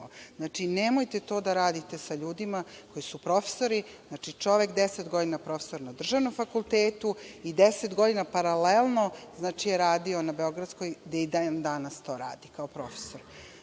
Znači, nemojte to da radite sa ljudima koji su profesori. Znači, čovek je deset godina profesor na državnom fakultetu i deset godina paralelno je radio na Beogradskoj, gde i da danas to radi kao profesor. Mislim